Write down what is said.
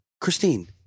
Christine